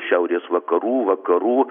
šiaurės vakarų vakarų